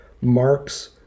marks